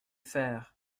faire